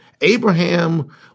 Abraham